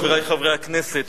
חברי חברי הכנסת,